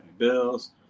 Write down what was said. Bills